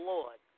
Lord